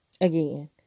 Again